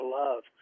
love